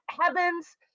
heavens